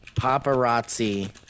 paparazzi